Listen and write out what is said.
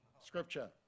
Scripture